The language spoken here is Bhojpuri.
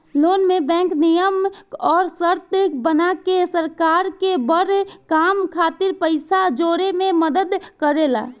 लोन में बैंक नियम अउर शर्त बना के सरकार के बड़ काम खातिर पइसा जोड़े में मदद करेला